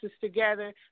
together